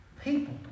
people